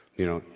you know,